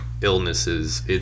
illnesses